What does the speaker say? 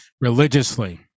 religiously